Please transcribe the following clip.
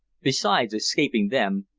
besides escaping them,